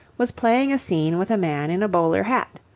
was playing a scene with a man in a bowler hat.